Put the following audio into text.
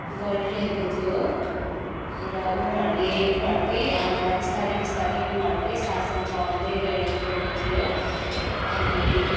गरिरहेको थियो र उनीहरूले उनीहरूकै बिस्तारी बिस्तारी उनीहरूकै शासन चलाउँदै गइरहेको गएको थियो अनि